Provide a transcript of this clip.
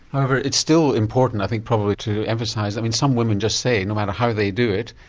however it's still important i think probably to emphasise, i mean some women just say, no matter how they do it,